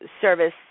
service